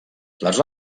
les